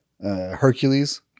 Hercules